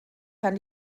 kann